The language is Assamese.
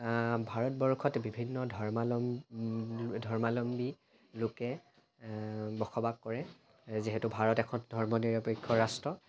ভাৰতবৰ্ষত বিভিন্ন ধৰ্মালম্ ধৰ্মাৱলম্বী লোকে বসবাস কৰে যিহেতু ভাৰত এখন ধৰ্মনিৰপেক্ষ ৰাষ্ট্ৰ